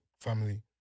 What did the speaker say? family